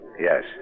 Yes